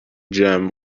gem